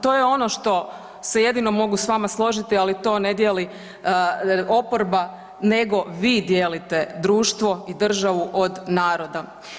To je ono što se jedino mogu s vama složiti, ali to ne dijeli oporba nego vi dijelite društvo i državu od naroda.